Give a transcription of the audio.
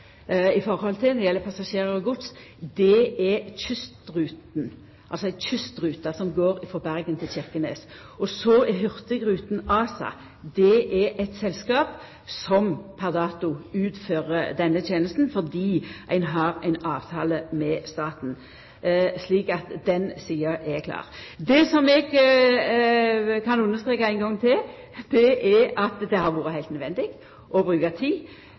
altså ei kystrute som går frå Bergen til Kirkenes. Så er Hurtigruten ASA eit selskap som per dato utfører denne tenesta fordi ein har ein avtale med staten, slik at den sida er klar. Det som eg kan understreka ein gong til, er at det har vore heilt nødvendig å bruka tid